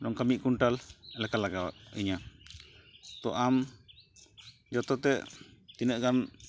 ᱱᱚᱝᱠᱟ ᱢᱤᱫ ᱠᱩᱱᱴᱟᱞ ᱞᱮᱠᱟ ᱞᱟᱜᱟᱣ ᱤᱧᱟ ᱛᱚ ᱟᱢ ᱡᱚᱛᱚᱛᱮ ᱛᱤᱱᱟᱹᱜ ᱜᱟᱱ